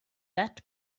that